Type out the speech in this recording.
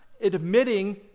admitting